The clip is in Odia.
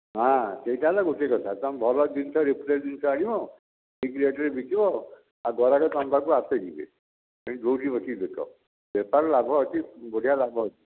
ହଁ ସେଇଟା ହେଲା ଗୋଟିଏ କଥା ତୁମେ ଭଲ ଜିନିଷ ରିଫ୍ରେସ୍ ଜିନିଷ ଆଣିବ ଠିକ୍ ରେଟ୍ରେ ବିକିବ ଆଉ ଗରାଖ ତୁମ ପାଖକୁ ଆପେ ଯିବେ ତୁମେ ଯେଉଁଠି ବସିକି ବିକ ବେପାର ଲାଭ ଅଛି ବଢ଼ିଆ ଲାଭ ଅଛି